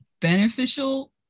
beneficial